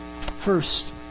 First